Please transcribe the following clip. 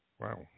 Wow